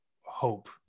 hope